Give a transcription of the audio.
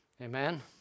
Amen